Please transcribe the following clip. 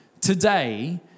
Today